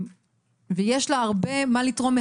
יש לה הרבה מה לתרום,